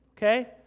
Okay